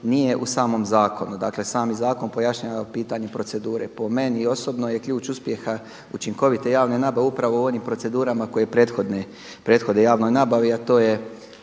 nije u samom zakonu. Dakle sami zakon pojašnjava pitanje procedure, po meni osobno je ključ uspjeha učinkovite javne nabave upravo u onim procedurama koje prethode javnoj nabavi, a to je